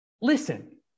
Listen